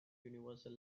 universal